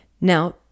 Now